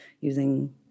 using